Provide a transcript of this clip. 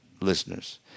listeners